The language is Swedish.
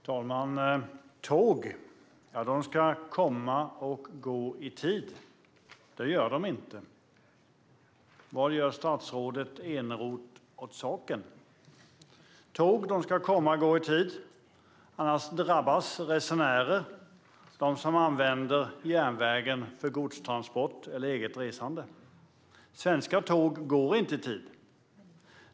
Fru talman! Tåg ska komma och gå i tid. Det gör de inte. Vad gör statsrådet Eneroth åt saken? Tåg ska komma och gå i tid, annars drabbas resenärer, det vill säga de som använder järnvägen för godstransport eller eget resande. Svenska tåg går inte i tid.